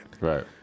Right